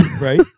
Right